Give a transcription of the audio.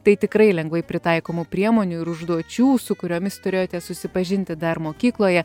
tai tikrai lengvai pritaikomų priemonių ir užduočių su kuriomis turėjote susipažinti dar mokykloje